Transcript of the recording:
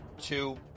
two